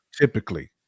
Typically